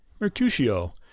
Mercutio